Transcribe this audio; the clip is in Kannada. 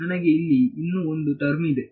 ನನಗೆ ಇಲ್ಲಿ ಇನ್ನೂ ಒಂದು ಟರ್ಮ್ ಇದೆ